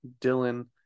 dylan